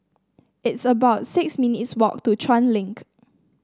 it's about six minutes walk to Chuan Link